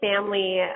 family